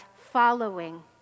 following